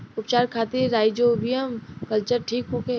उपचार खातिर rhizobium culture ठीक होखे?